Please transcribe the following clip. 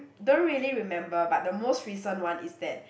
don't really remember but the most recent one is that